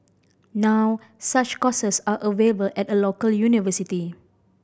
now such courses are available at a local university